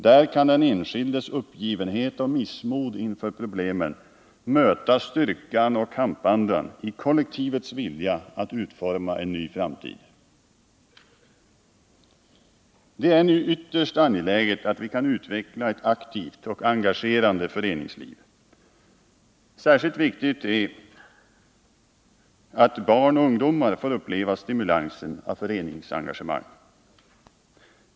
Där kan den enskildes uppgivenhet och missmod inför problemen möta styrkan och kampandan i kollektivets vilja att utforma en ny framtid. Det är nu ytterst angeläget att vi kan utveckla ett aktivt och engagerande föreningsliv. Särskilt viktigt är det att barn och ungdomar får uppleva stimulansen av föreningsengagemang.